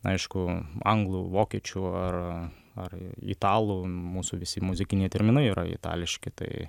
aišku anglų vokiečių ar ar italų mūsų visi muzikiniai terminai yra itališki tai